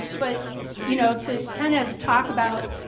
but you know to kind of talk about,